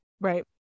Right